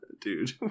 Dude